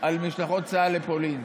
על משלחות צה"ל לפולין,